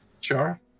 sure